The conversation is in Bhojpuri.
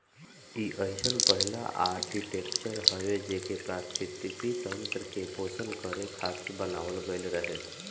इ अइसन पहिला आर्कीटेक्चर हवे जेके पारिस्थितिकी तंत्र के पोषण करे खातिर बनावल गईल रहे